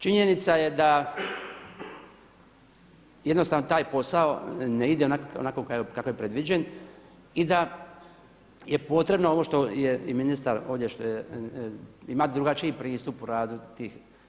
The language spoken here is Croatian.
Činjenica je da jednostavno taj posao ne ide onako kako je predviđen i da je potrebno ovo što je i ministar ovdje što ima drugačiji pristup u radu tih.